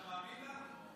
אתה מאמין לה?